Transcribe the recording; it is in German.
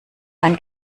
dann